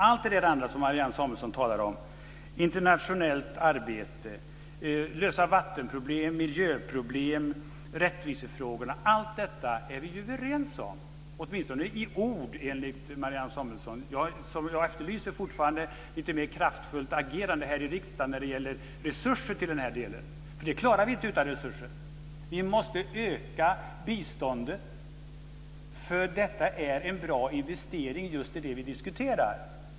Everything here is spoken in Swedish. Allt det andra som Marianne Samuelsson talar om - internationellt arbete, att lösa vattenproblem och miljöproblem, rättvisefrågorna - är vi ju överens om - åtminstone i ord, enligt Marianne Samuelsson. Jag efterlyser fortfarande lite mer kraftfullt agerande här i riksdagen när det gäller resurser till den här delen. Detta klarar vi nämligen inte utan resurser. Vi måste öka biståndet, för det är en bra investering i just det vi diskuterar.